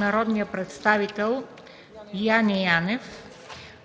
народния представител Яне Янев